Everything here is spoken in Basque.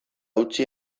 utzi